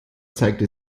zeigte